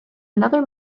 another